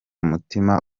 mutima